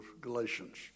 Galatians